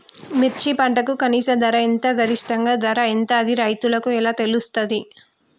మిర్చి పంటకు కనీస ధర ఎంత గరిష్టంగా ధర ఎంత అది రైతులకు ఎలా తెలుస్తది?